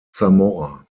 zamora